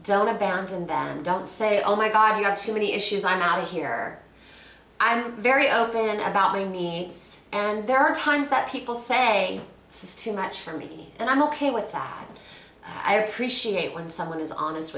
don't abandon them don't say oh my god you are too many issues i'm out here i'm very open about me needs and there are times that people say it's too much for me and i'm ok with that and i appreciate when someone is honest